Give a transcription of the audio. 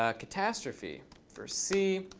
ah catastrophe for c,